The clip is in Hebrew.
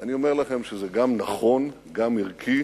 אני אומר לכם שזה גם נכון, גם ערכי,